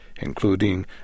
including